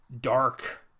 dark